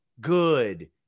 good